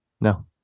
No